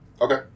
Okay